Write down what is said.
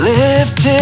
lifted